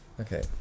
Okay